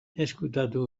ezkutatu